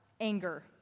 anger